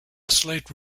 slate